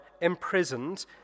imprisoned